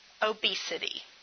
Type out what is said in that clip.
obesity